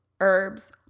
herbs